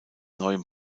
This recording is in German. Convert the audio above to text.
neuem